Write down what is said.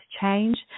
change